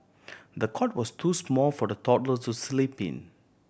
the cot was too small for the toddler to sleep in